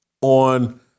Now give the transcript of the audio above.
on